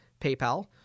PayPal